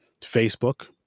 Facebook